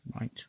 Right